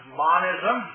monism